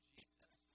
Jesus